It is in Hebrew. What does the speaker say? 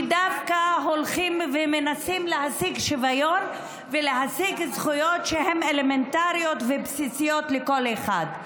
שדווקא מנסים להשיג שוויון ולהשיג זכויות אלמנטריות ובסיסיות לכל אחד.